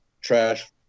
trash